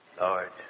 Lord